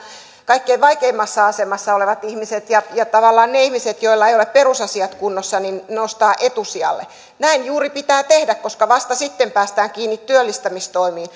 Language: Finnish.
kaikkein vaikeimmassa asemassa olevat ihmiset ja ja tavallaan ne ihmiset joilla ei ole perusasiat kunnossa nostaa etusijalle näin juuri pitää tehdä koska vasta sitten päästään kiinni työllistämistoimiin